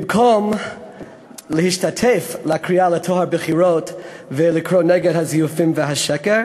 במקום להשתתף בקריאה לטוהר בחירות ולקרוא נגד הזיופים והשקר.